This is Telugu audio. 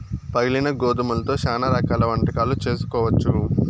పగిలిన గోధుమలతో శ్యానా రకాల వంటకాలు చేసుకోవచ్చు